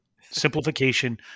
Simplification